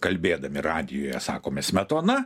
kalbėdami radijuje sakome smetona